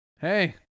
Hey